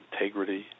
integrity